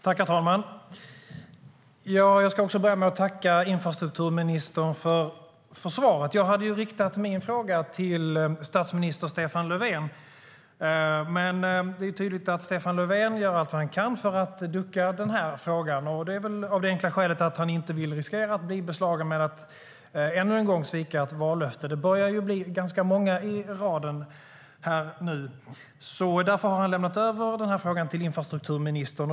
Herr talman! Jag ska börja med att tacka infrastrukturministern för svaret. Jag hade riktat min fråga till statsminister Stefan Löfven. Men det är tydligt att Stefan Löfven gör allt vad han kan för att ducka i den här frågan. Det är väl av det enkla skälet att han inte vill riskera att bli beslagen med att ännu en gång svika ett vallöfte. Det börjar bli ganska många i raden. Därför har han lämnat över frågan till infrastrukturministern.